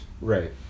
Right